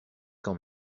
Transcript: quand